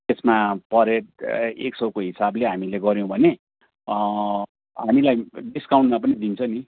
त्यसमा per head एक सौको हिसाबले हामीले गऱ्यौँ भने हामीलाई डिस्काउन्टमा पनि दिन्छ नि